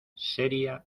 seria